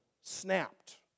Snapped